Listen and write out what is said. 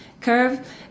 curve